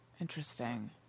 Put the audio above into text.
Interesting